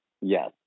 Yes